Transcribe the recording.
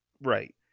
Right